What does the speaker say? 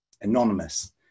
anonymous